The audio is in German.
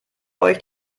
euch